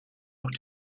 noch